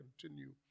continue